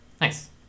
Nice